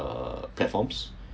uh platforms